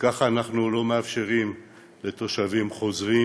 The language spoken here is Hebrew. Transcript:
וככה אנחנו לא מאפשרים לתושבים חוזרים